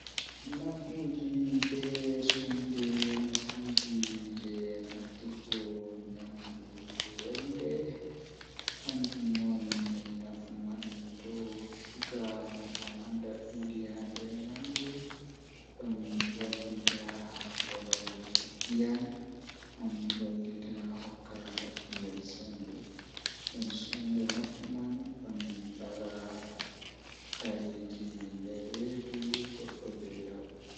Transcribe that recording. Jahangal jei mi yahi neeɓaki ɗo Nde njamaɗi ngam mi hokka heɓude baafal, mi yeddi wonde waɗde aɗa waawi ndaarnde. Miɗo yiɗi goɗɗum ngam o waɗi feewi fi jeyɗe, kadi miɗo waɗi waawugol e goɗɗum kadi.